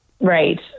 Right